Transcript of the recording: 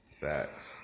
Facts